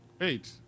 Eight